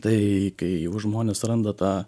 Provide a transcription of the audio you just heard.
tai kai jau žmonės randa tą